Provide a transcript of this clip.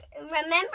remember